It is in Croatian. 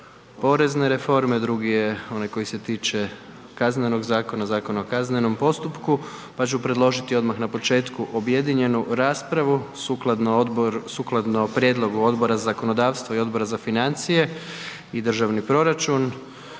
porezne reforme, drugi je onaj koji se tiče kaznenog zakona, Zakona o kaznenom postupku pa ću predložiti odmah na početku objedinjenu raspravu sukladno prijedlogu Odbora za zakonodavstvo i Odbora za financije i državni proračun.